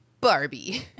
Barbie